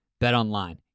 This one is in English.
BetOnline